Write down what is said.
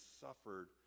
suffered